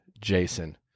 Jason